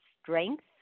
strength